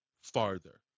farther